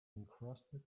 encrusted